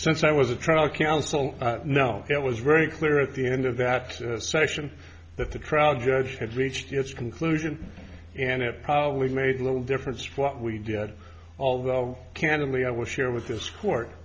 since i was a trial counsel no it was very clear at the end of that session that the trial judge had reached its conclusion and it probably made little difference what we did although candidly i will share with this court